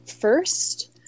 first